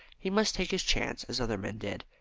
he must take his chance as other men did.